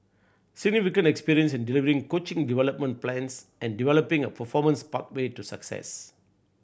significant experience in delivering coaching development plans and developing a performance pathway to success